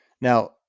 Now